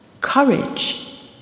courage